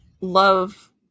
love